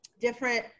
different